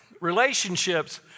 relationships